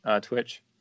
Twitch